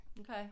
Okay